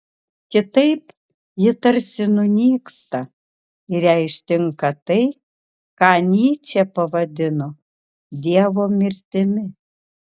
kitaip ji tarsi nunyksta ir ją ištinka tai ką nyčė pavadino dievo mirtimi